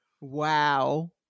Wow